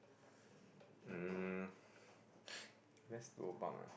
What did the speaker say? um best lobang ah